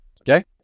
okay